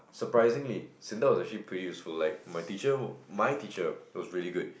surprisingly s_i_n_d_a was actually pretty useful like my teacher my teacher was really good